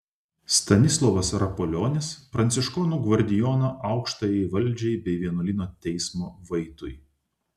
stanislovas rapolionis pranciškonų gvardijono aukštajai valdžiai bei vienuolyno teismo vaitui